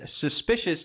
suspicious